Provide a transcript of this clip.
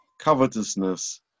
covetousness